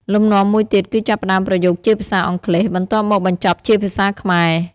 លំនាំមួយទៀតគឺចាប់ផ្តើមប្រយោគជាភាសាអង់គ្លេស បន្ទាប់មកបញ្ចប់ជាភាសាខ្មែរ។